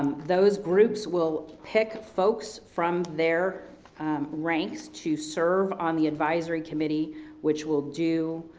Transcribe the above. those groups will pick folks from their ranks to serve on the advisory committee which will do